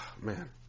Man